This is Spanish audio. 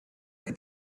que